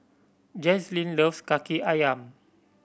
Jazlynn loves Kaki Ayam